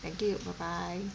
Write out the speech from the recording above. thank you bye bye